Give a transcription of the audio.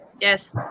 Yes